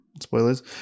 spoilers